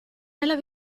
nella